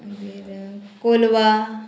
Gir Colva